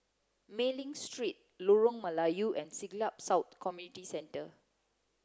Mei Ling Street Lorong Melayu and Siglap South Community Centre